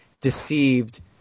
deceived